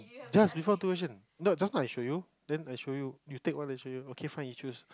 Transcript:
just before two questions no just now I show you then I show you you take one I show you okay fine you choose